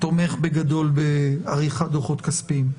תומך בגדול בעריכת דוחות כספיים.